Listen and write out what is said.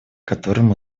которым